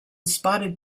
spotted